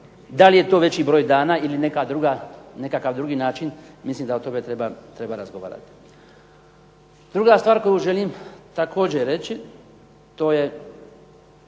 Da li je to veći broj dana ili neka druga, nekakav drugi način mislim da o tome treba razgovarati. Druga stvar koju želim također reći to je